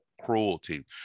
cruelty